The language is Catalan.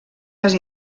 les